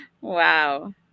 Wow